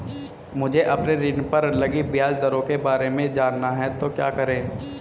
मुझे अपने ऋण पर लगी ब्याज दरों के बारे में जानना है तो क्या करें?